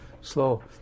slow